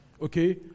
okay